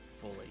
Fully